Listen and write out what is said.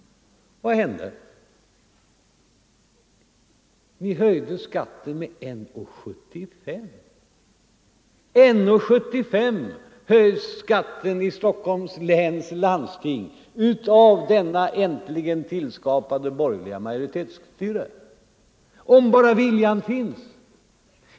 Vad hände? Ni höjde skatten med 1:75! Med 1:75 höjs alltså skatten i Stockholms läns landsting av detta äntligen skapade borgerliga majoritetsstyre — om bara viljan finns!